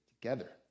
together